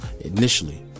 initially